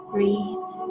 Breathe